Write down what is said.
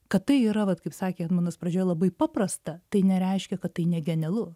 kad tai yra vat kaip sakė edmundas pradžioj labai paprasta tai nereiškia kad tai ne genialu